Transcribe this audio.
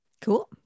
Cool